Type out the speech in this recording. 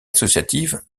associative